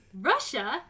Russia